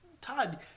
Todd